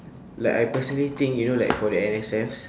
like I personally think you know like for the N_S_Fs